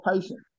patient